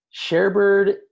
ShareBird